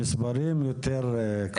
לדיון הבא תבוא עם מספרים יותר קרובים,